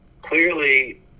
clearly